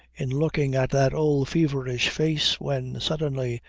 in looking at that old feverish face when, suddenly,